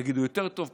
תגידו יותר טוב,